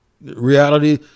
Reality